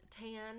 tan